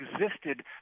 existed